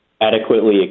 adequately